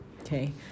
okay